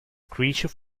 creature